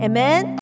Amen